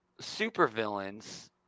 supervillains